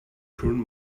turn